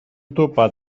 instituto